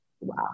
wow